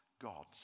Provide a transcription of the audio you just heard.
God's